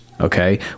okay